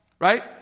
right